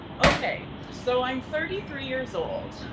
okay, so i'm thirty three years old.